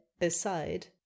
aside